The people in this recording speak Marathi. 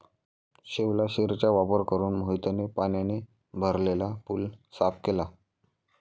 शिवलाशिरचा वापर करून मोहितने पाण्याने भरलेला पूल साफ केला